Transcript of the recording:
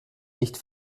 nicht